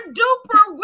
duper